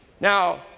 Now